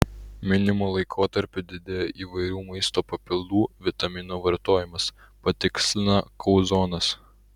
minimu laikotarpiu didėja įvairių maisto papildų vitaminų vartojimas patikslina kauzonas